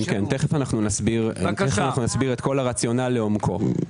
תכף נסביר את כל הרציונל לעומקו.